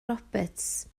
roberts